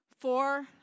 four